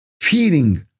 feeling